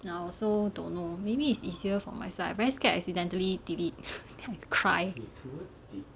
I also don't know maybe it's easier for my side I very scared I accidentally delete think I'll cry